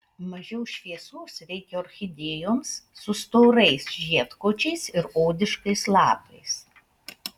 mažiau šviesos reikia orchidėjoms su storais žiedkočiais ir odiškais lapais